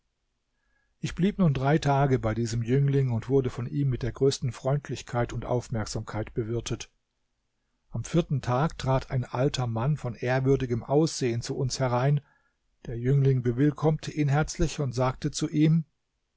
ich blieb nun drei tage bei diesem jüngling und wurde von ihm mit der größten freundlichkeit und aufmerksamkeit bewirtet am vierten tag trat ein alter mann von ehrwürdigem aussehen zu uns herein der jüngling bewillkommte ihn herzlich und sagte zu ihm